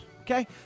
Okay